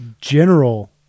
General